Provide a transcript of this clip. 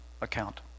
account